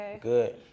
good